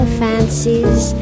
fancies